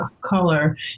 color